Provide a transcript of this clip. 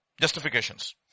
justifications